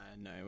No